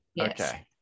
okay